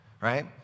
right